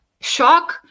shock